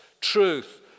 truth